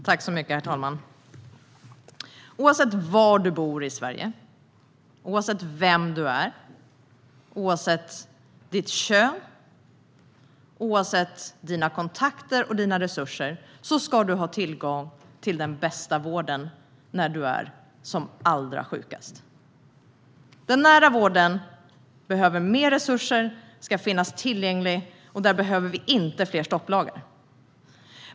Herr talman! Oavsett var i Sverige du bor, oavsett vem du är, oavsett ditt kön och oavsett dina kontakter och resurser ska du ha tillgång till den bästa vården när du är som allra sjukast. Den nära vården behöver mer resurser och ska finnas tillgänglig. Där behöver vi inte fler stopplagar.